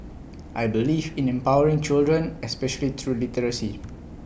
I believe in empowering children especially through literacy